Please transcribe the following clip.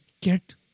get